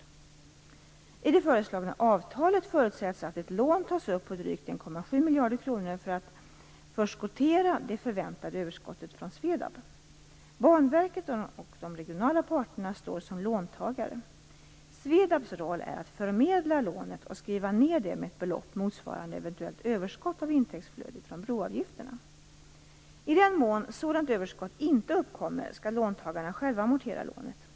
I det föreslagna avtalet förutsätts att ett lån tas upp på drygt 1,7 miljarder kronor för att förskottera det förväntade överskottet från SVEDAB. Banverket och de regionala parterna står som låntagare. SVEDAB:s roll är att förmedla lånet och skriva ned det med ett belopp motsvarande eventuellt överskott av intäktsflödet från broavgifterna. I den mån sådant överskott inte uppkommer skall låntagarna själva amortera lånet.